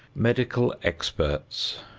medical experts